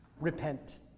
Repent